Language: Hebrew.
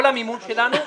כל המימון שלנו היה,